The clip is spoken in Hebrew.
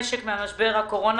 הקורונה.